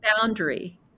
boundary